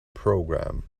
program